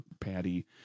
patty